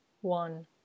one